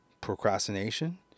procrastination